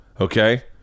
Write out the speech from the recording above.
okay